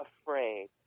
afraid